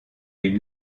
une